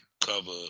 cover